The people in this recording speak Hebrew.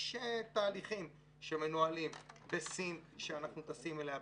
יש תהליכים שמנוהלים בסין שאנחנו טסים אליה,